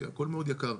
הכול מאוד יקר,